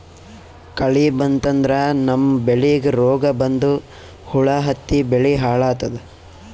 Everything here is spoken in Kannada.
ಕಳಿ ಬಂತಂದ್ರ ನಮ್ಮ್ ಬೆಳಿಗ್ ರೋಗ್ ಬಂದು ಹುಳಾ ಹತ್ತಿ ಬೆಳಿ ಹಾಳಾತದ್